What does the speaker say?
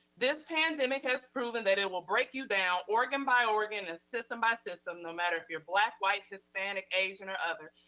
this pandemic has proven that it will break you down, organ by organ and system by system, no matter if you're black, white, hispanic, asian, or other.